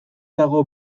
dago